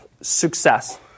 success